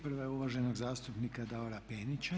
Prva je uvaženog zastupnika Davora Penića.